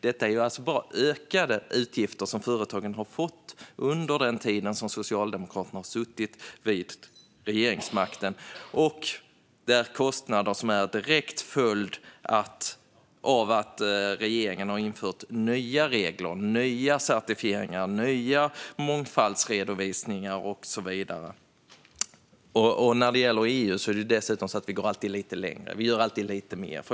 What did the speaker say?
Det här är alltså bara ökade utgifter som företagen har fått under den tid som Socialdemokraterna har suttit vid regeringsmakten. Det är kostnader som är en direkt följd av att regeringen har infört nya regler, certifieringar, mångfaldsredovisningar och så vidare. När det gäller EU går vi som sagt alltid lite längre. Vi gör alltid lite mer.